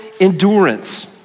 endurance